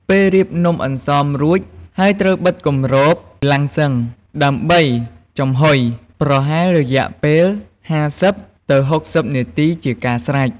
ពេលរៀបនំអន្សមរួចហើយត្រូវបិទគម្របឡាំងសុឹងដើម្បីចំហ៊ុយ ប្រហែលរយៈពេល ៥០ ទៅ ៦០នាទីជាការស្រេច។